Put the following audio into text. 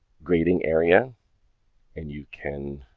grading area and you can